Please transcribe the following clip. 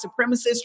supremacists